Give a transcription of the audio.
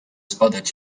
zbadać